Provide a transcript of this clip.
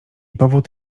powód